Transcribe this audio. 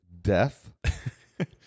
Death